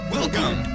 Welcome